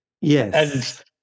Yes